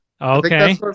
Okay